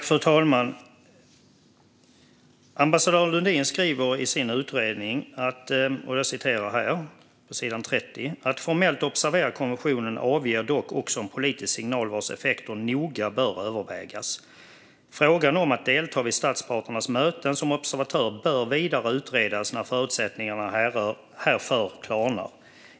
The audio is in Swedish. Fru talman! Ambassadör Lundin skriver i sin utredning: "Att formellt observera konventionen avger dock också en politisk signal vars effekter noga bör övervägas. Frågan om att delta vid statsparternas möten som observatör bör vidare utredas när förutsättningarna härför klarnar.